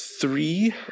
Three